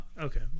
Okay